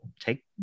take